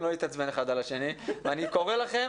לא להתעצבן אחד על השני ואני קורא לכם